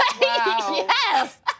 Yes